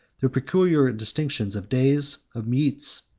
their peculiar distinctions of days, of meats,